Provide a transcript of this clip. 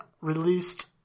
released